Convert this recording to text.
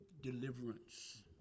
deliverance